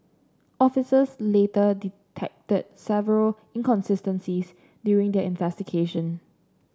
officers later detected several inconsistencies during their investigation